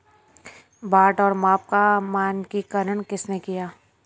बाट और माप का मानकीकरण किसने किया?